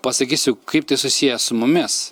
pasakysiu kaip tai susiję su mumis